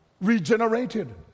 regenerated